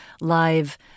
live